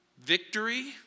victory